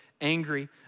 angry